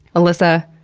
alyssa,